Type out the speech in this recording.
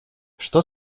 что